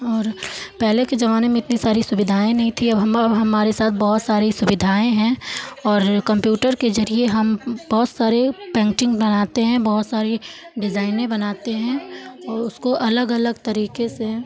और पहले के ज़माने में इतनी सारी सुविधाएं नहीं थी अब हम हमारे साथ बहुत सारी सुविधाएं हैं और कम्प्यूटर के ज़रिये हम बहुत सारी पेंटिंग बनाते हैं बहुत सारी डिज़ाइनें बनाते हैं और उसको अलग अलग तरीके से